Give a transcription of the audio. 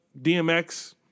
DMX